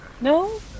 no